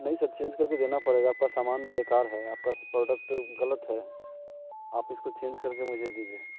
नहीं sir change करके देना पड़ेगा आपका सामान बेकार है आपका प्रोडक्ट गलत है आप इसको चेंज करके मुझे दीजिए